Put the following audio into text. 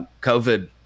COVID